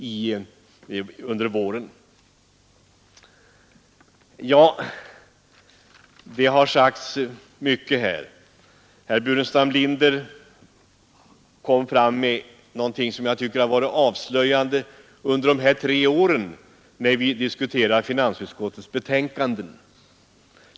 Det har sagts mycket av de föregående talarna. Herr Burenstam Linder kom fram med någonting som jag tycker har varit avslöjande varje gång vi de här tre åren diskuterat finansutskottets betänkanden.